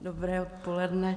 Dobré odpoledne.